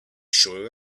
sure